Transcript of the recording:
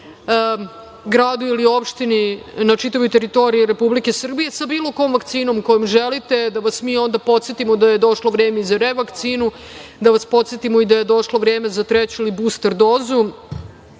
gradu ili opštini na čitavoj teritoriji Republike Srbije sa bilo kom vakcinom kojom želite i onda da vas mi podsetimo da je došlo vreme i za revakcinu, da vas podsetimo i da je došlo vreme i za treću ili buster dozu,